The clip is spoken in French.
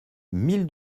mille